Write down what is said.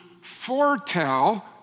foretell